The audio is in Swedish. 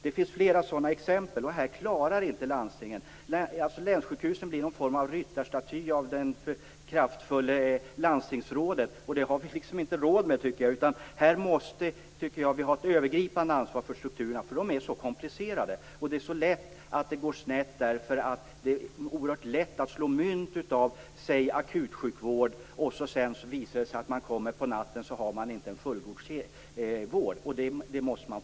Det finns flera sådana exempel på det. Länssjukhusen blir någon form av ryttarstaty av det kraftfulla landstingsrådet. Vi har inte råd med det. Det måste finnas ett övergripande ansvar för strukturerna. De är så komplicerade. Det är så lätt att det går snett. Det är lätt att slå mynt av akutsjukvård. Sedan visar det sig vid akutbesök under natten att det inte finns fullgoda vårdmöjligheter.